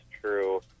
true